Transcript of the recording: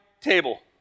table